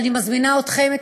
ואני מזמינה אתכם,